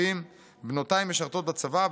בנותיי משרתות בצבא,